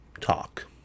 talk